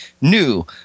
New